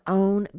own